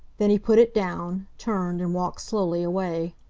then he put it down, turned, and walked slowly away.